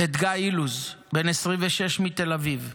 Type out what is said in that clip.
את גיא אילוז, בן 26 מתל אביב,